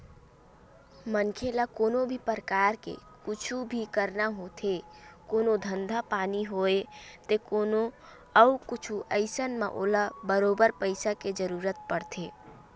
मनखे ल कोनो भी परकार के कुछु भी करना होथे कोनो धंधा पानी होवय ते कोनो अउ कुछु अइसन म ओला बरोबर पइसा के जरुरत पड़थे